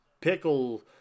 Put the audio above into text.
Pickle